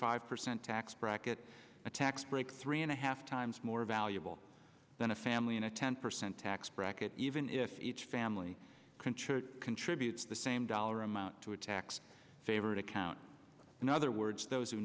five percent tax bracket a tax break three and a half times more valuable than a family in a ten percent tax bracket even if each family control contributes the same dollar amount to a tax favored account in other words those who